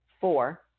Four